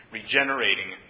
regenerating